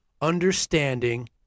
understanding